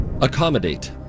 Accommodate